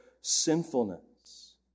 sinfulness